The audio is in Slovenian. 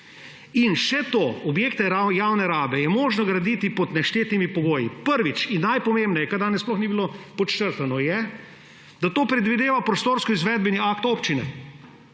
In še to. Objekte javne rabe je možno graditi pod naštetimi pogoji. Prvič, in najpomembneje, kar danes sploh ni bilo podčrtano, je, da to predvideva prostorskoizvedbeni akt občine.